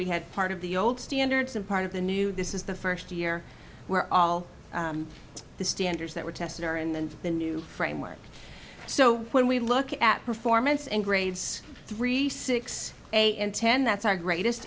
we had part of the old standards and part of the new this is the first year where all the standards that were tested are in the new framework so when we look at performance in grades three six and ten that's our greatest